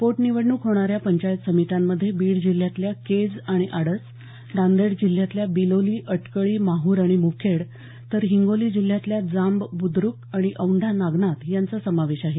पोटनिवडणूक होणाऱ्या पंचायत समित्यांमध्ये बीड जिल्ह्यातल्या केज आणि आडस नांदेड जिल्ह्यातल्या बिलोली अटकळी माहूर आणि मुखेड तर हिंगोली जिल्ह्यातल्या जांब बुद्रुक आणि औंढा नागनाथ यांचा समावेश आहे